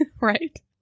Right